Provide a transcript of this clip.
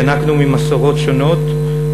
ינקנו ממסורות שונות,